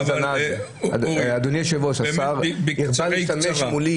מתי השר מגיע